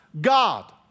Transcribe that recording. God